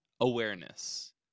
awareness